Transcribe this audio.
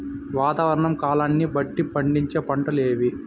వాతావరణ కాలాన్ని బట్టి పండించే పంటలు ఏవి?